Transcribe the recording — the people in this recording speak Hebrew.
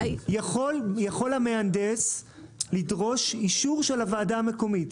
יכול המהנדס לדרוש אישור של הוועדה המקומית,